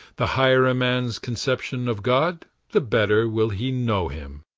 the higher a man's conception of god, the better will he know him.